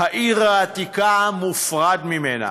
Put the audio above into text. העיר העתיקה, מופרדים ממנה.